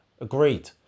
Agreed